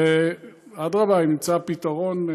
אדרבה, אם נמצא פתרון,